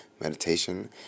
meditation